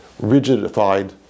rigidified